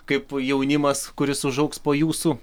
kaip jaunimas kuris užaugs po jūsų